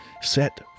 set